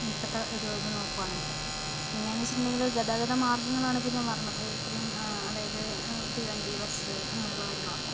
ഇപ്പോഴത്തെ ഒരു ഇത് നോക്കുവാണെങ്കില് പിന്നെന്ന് വെച്ചിട്ടിണ്ടെങ്കില് ഗതാഗത മാർഗങ്ങങ്ങളാണ് ഇപ്പോൾ ഞാൻ പറഞ്ഞത് ഇത്രയും അതായത് തീവണ്ടി ബസ് അങ്ങനെയുള്ള കാര്യങ്ങളൊക്കെ